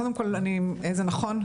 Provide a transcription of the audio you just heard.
קודם כל זה נכון.